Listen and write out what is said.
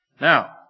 Now